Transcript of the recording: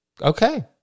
Okay